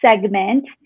segment